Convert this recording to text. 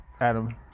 Adam